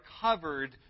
covered